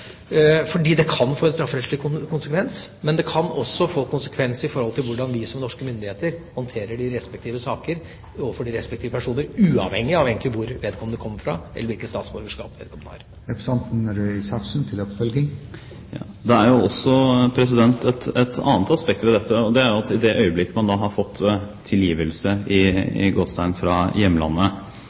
fordi det kan få en strafferettslig konsekvens, men det kan også få konsekvens for hvordan vi som norske myndigheter håndterer de respektive saker overfor personer, uavhengig av hvor vedkommende kommer fra, eller hvilket statsborgerskap vedkommende har. Det er også et annet aspekt ved dette, og det er at i det øyeblikk man har fått «tilgivelse» fra hjemlandet, fra Eritrea, og får mulighet til å drive økonomisk samkvem, ha eiendom eller ha kontakt med familie, er det også slik – hvis man skal tro informasjonen fra